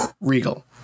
Regal